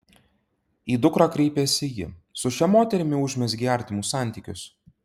į dukrą kreipėsi ji su šia moterimi užmezgei artimus santykius